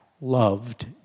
loved